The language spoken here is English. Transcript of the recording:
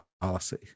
policy